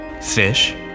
fish